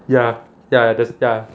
ya ya that's ya